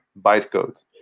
bytecode